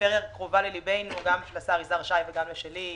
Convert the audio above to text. הפריפריה קרובה לליבנו גם של השר יזהר שי וגם לשלי.